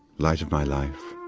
light of my life,